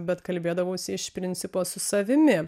bet kalbėdavausi iš principo su savimi